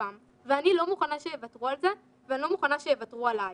פעם ואני לא מוכנה שיוותרו על זה ואני לא מוכנה שיוותרו עליי.